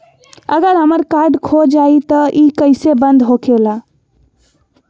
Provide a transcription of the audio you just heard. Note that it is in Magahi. अगर हमर कार्ड खो जाई त इ कईसे बंद होकेला?